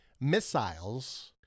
missiles